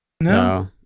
No